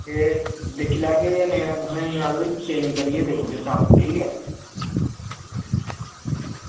ते दिक्खी लैगे ते नेईं तां तुसेंगी अस चेंज़ करियै देई ओड़गे साबन ठीक ऐ